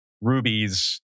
rubies